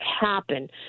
happen